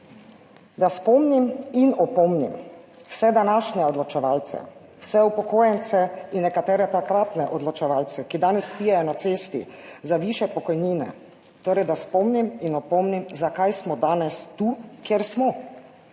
Da spomnim in opomnim vse današnje odločevalce, vse upokojence in nekatere takratne odločevalce, ki danes vpijejo na cesti za višje pokojnine, torej, da spomnim in opomnim zakaj smo danes tu kjer smo